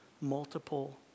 multiple